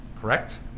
Correct